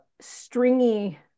stringy